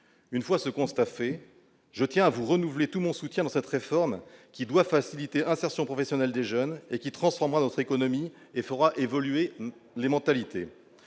une fois ce constat fait, je tiens à vous renouveler tout mon soutien à cette réforme qui doit faciliter insertion professionnelle des jeunes et qui transforme à notre économie et fera évoluer les mentalités,